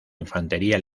infantería